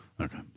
Okay